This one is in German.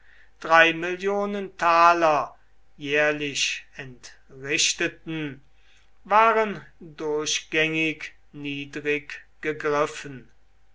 mill taler jährlich entrichteten waren durchgängig niedrig gegriffen